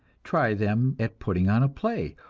try them at putting on a play,